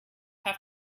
have